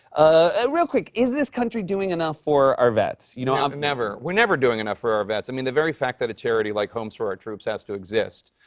ah real quick, is this country doing enough for our vets? you know um never. we're never doing enough for our vets. i mean, the very fact that a charity like homes for our troops has to exist,